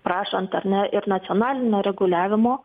prašant ar ne ir nacionalinio reguliavimo